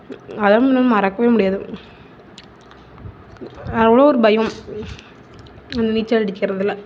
அதுவும் இல்லாமல் மறக்கவே முடியாது அவ்வளோ ஒரு பயம் அந்த நீச்சல் அடிக்கிறதில்